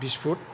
बिस पुत